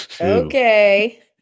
Okay